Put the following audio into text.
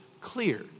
clear